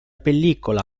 pellicola